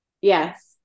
Yes